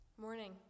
Morning